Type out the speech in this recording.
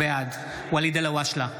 בעד ואליד אלהואשלה,